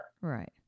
right